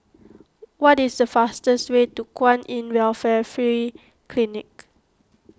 what is the fastest way to Kwan in Welfare Free Clinic